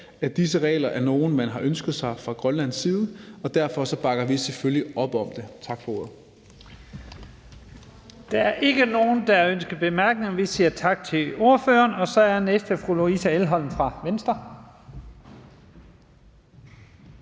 altså disse regler er nogle, man har ønsket sig fra Grønlands side, og derfor bakker vi selvfølgelig op om det. Tak for ordet. Kl. 14:42 Første næstformand (Leif Lahn Jensen): Der er ikke nogen, der ønsker bemærkninger, så vi siger tak til ordføreren. Den næste er fru Louise Elholm fra Venstre.